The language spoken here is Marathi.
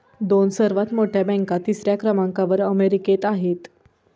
दोन सर्वात मोठ्या बँका तिसऱ्या क्रमांकावर अमेरिकेत आहेत